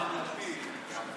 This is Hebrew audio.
מר לפיד,